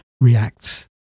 reacts